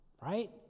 Right